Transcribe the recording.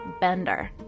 bender